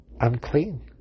unclean